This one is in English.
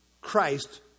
Christ